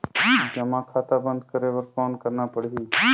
जमा खाता बंद करे बर कौन करना पड़ही?